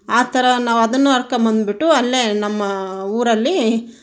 ಆ ಥರ ನಾವು ಅದನ್ನು ಹರ್ಕೋಂಬಂದ್ಬಿಟ್ಟು ಅಲ್ಲೇ ನಮ್ಮ ಊರಲ್ಲಿ